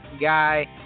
guy